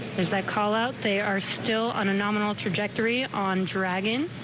is that call out they are still on a nominal trajectory on dragon.